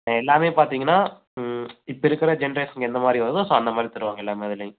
எல்லாமே பார்த்திங்கனா இப்போ இருக்கிற ஜென்ரேஷன் எந்தமாதிரி வருதோ ஸோ அந்தமாதிரி தருவாங்க எல்லாமே அதுல